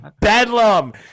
Bedlam